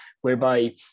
whereby